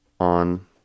on